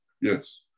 Yes